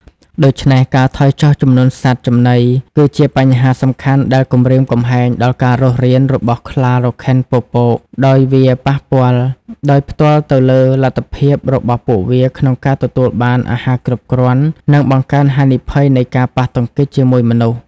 ដូច្នេះ ការថយចុះចំនួនសត្វចំណីគឺជាបញ្ហាសំខាន់ដែលគំរាមកំហែងដល់ការរស់រានរបស់ខ្លារខិនពពក ដោយវាប៉ះពាល់ដោយផ្ទាល់ទៅលើលទ្ធភាពរបស់ពួកវាក្នុងការទទួលបានអាហារគ្រប់គ្រាន់ និងបង្កើនហានិភ័យនៃការប៉ះទង្គិចជាមួយមនុស្ស។